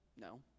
No